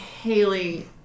Haley